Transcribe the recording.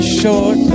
short